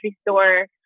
store